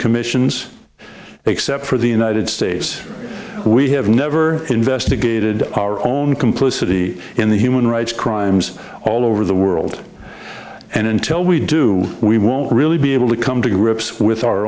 commissions except for the united states we have never investigated our own complicity in the human rights crimes all over the world and until we do we won't really be able to come to grips with our